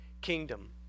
kingdom